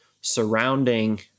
surrounding